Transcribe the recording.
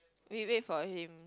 we wait for him